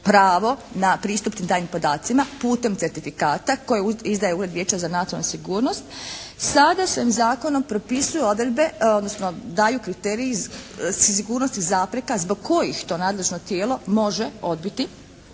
pravo na pristup tim tajnim podacima putem certifikata kojeg izdaje Ured Vijeća za nacionalnu sigurnost sada se ovim zakonom propisuju odredbe odnosno daju kriteriji sigurnosti zapreka zbog kojih to nadležno tijelo može odbiti